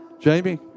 Jamie